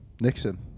Nixon